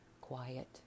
quiet